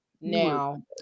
now